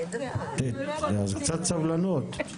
קצת סבלנות.